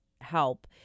help